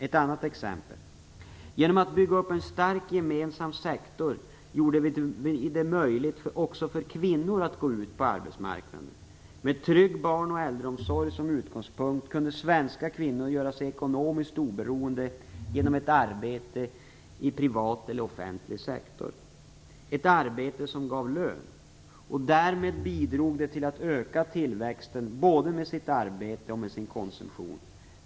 För det andra: Genom att bygga upp en stark gemensam sektor gjorde vi det möjligt också för kvinnor att gå ut på arbetsmarknaden. Med trygg barn och äldreomsorg som utgångspunkt kunde svenska kvinnor göra sig ekonomiskt oberoende genom ett arbete i privat eller offentlig sektor, ett arbete som gav lön. Därmed bidrog de till att öka tillväxten, både med sitt arbete och med sin konsumtion.